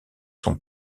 son